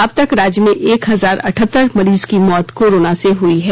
अब तक राज्य में एक हजार अठहत्तर मरीज की मौत कोरोना से हुई हैं